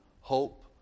hope